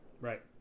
Right